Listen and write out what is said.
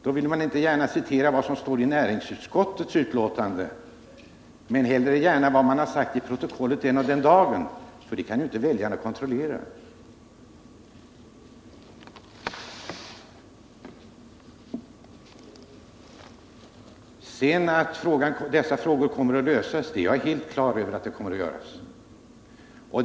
Då vill man inte gärna citera vad som står i näringsutskottets betänkande — hellre protokollet från den och den dagen, för det kan ju inte väljarna kontrollera. Att dessa frågor kommer att lösas är jag helt på det klara med.